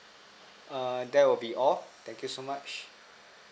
err that would be all thank you so much